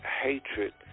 hatred